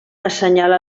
assenyala